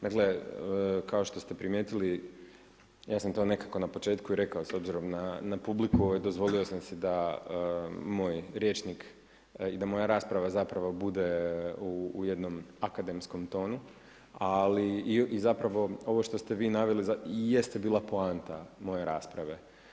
Dakle kao što ste primijetili ja sam to nekako na početku i rekao s obzirom na publiku dozvolio sam si da moj rječnik i da moja rasprava bude u jednom akademskom tonu, ali i ovo što ste vi naveli i jeste bila poanta moje rasprave.